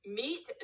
meet